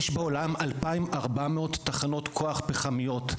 יש בעולם 2,400 תחנות כוח פחמיות.